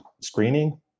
screening